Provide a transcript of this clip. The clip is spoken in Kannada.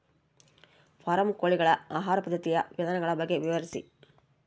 ಫಾರಂ ಕೋಳಿಗಳ ಆಹಾರ ಪದ್ಧತಿಯ ವಿಧಾನಗಳ ಬಗ್ಗೆ ವಿವರಿಸಿ?